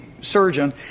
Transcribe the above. surgeon